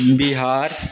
Bihar